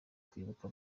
kwibuka